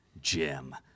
Jim